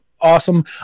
awesome